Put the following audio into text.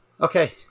Okay